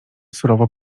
surowo